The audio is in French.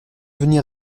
venir